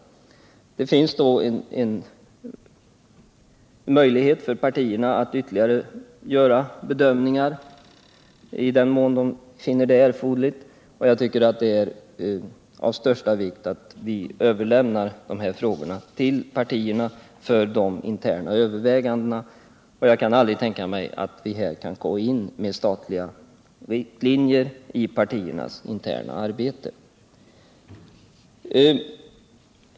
Partierna har möjlighet att göra bedömningar i den mån de finner det erforderligt. Jag tycker det är av största vikt att vi överlämnar de interna övervägandena och fördelningen av de olika uppdragen till partierna själva — jag kan inte tänka mig några statliga riktlinjer för partiernas interna arbete.